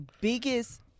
biggest